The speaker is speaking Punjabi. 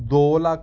ਦੋ ਲੱਖ